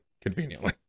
conveniently